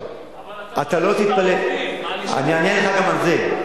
אבל אתה לא --- אני אענה לך גם על זה.